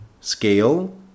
scale